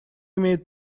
имеет